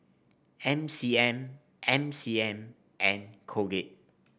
M C M M C M and Colgate